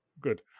good